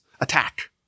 attack